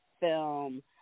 film